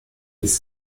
bis